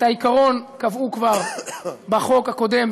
את העיקרון קבעו כבר בחוק הקודם,